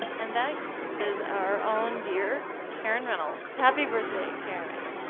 and that is our own dear karin reynolds. happy birthday, karin.